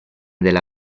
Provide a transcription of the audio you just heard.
della